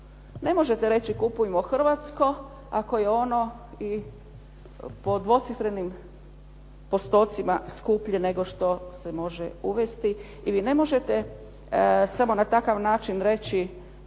Ne možete reći kupujmo Hrvatsko ako je ono i pod dvocifrenim postocima skuplje nego što se može uvesti ili ne možete samo na takav način reći